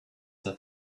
that